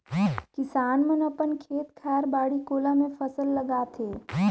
किसान मन अपन खेत खायर, बाड़ी कोला मे फसल लगाथे